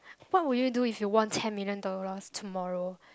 what will you do if you won ten million dollars tomorrow